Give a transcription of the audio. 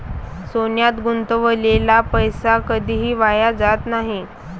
सोन्यात गुंतवलेला पैसा कधीही वाया जात नाही